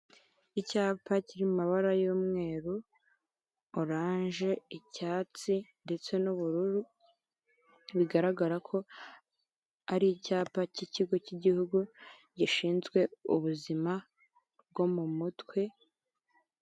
Icyapa kiri mu mabara y'umweru orange, icyatsi, ndetse n'ubururu, bigaragara ko ari icyapa cy'ikigo cy'igihugu gishinzwe ubuzima bwo mu mutwe.